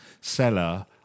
seller